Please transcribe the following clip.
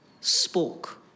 spoke